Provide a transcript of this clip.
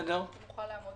נוכל לעמוד